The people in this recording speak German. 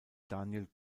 daniel